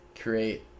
create